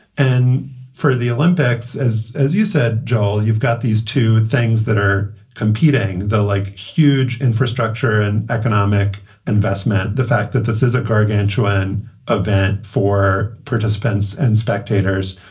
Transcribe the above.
and for the olympics, as as you said, joel, you've got these two things that are competing, though, like huge infrastructure and economic investment, the fact that this is a gargantuan event for participants and spectators.